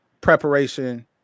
preparation